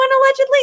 allegedly